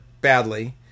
badly